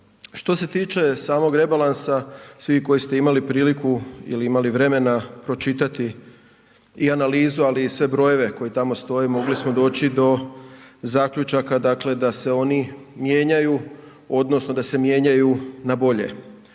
Što se tiče samog rebalansa svi koji ste imali priliku ili imali vremena pročitati i analizu, ali i sve brojeve koji tamo stoje mogli smo doći do zaključaka da se oni mijenjaju odnosno da se mijenjaju na bolje.